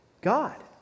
God